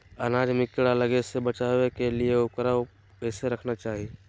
अनाज में कीड़ा लगे से बचावे के लिए, उकरा कैसे रखना चाही?